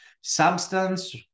Substance